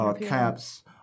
caps